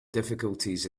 difficulties